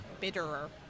Bitterer